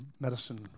medicine